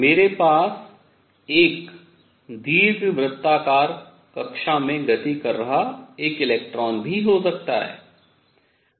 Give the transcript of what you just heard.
मेरे पास एक दीर्घवृत्ताकार कक्षा में गति कर रहा एक इलेक्ट्रॉन भी हो सकता है